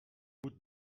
route